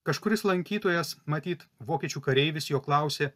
kažkuris lankytojas matyt vokiečių kareivis jo klausė